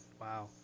wow